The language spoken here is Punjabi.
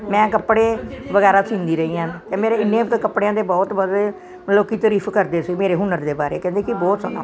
ਮੈਂ ਕੱਪੜੇ ਵਗੈਰਾ ਸਿਉਂਦੀ ਰਹੀ ਹਾਂ ਅਤੇ ਮੇਰੇ ਇੰਨੇ ਕੁ ਕੱਪੜਿਆਂ ਦੇ ਬਹੁਤ ਬਦ ਲੋਕ ਤਾਰੀਫ ਕਰਦੇ ਸੀ ਮੇਰੇ ਹੁਨਰ ਦੇ ਬਾਰੇ ਕਹਿੰਦੇ ਕਿ ਬਹੁਤ ਸੋਹਣਾ